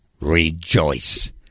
rejoice